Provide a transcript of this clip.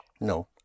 No